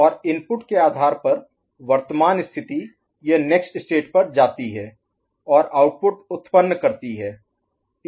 और इनपुट के आधार पर वर्तमान स्थिति यह नेक्स्ट स्टेट पर जाती है और आउटपुट उत्पन्न करती है